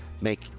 make